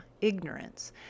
ignorance